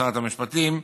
לשרת המשפטים,